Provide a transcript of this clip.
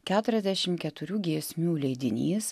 keturiasdešim keturių giesmių leidinys